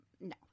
No